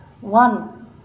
one